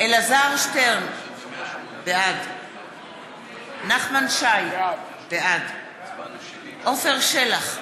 אלעזר שטרן, בעד נחמן שי, בעד עפר שלח,